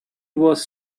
was